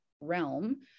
realm